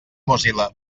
mozilla